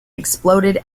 exploded